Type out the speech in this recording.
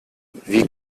wie